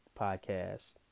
podcast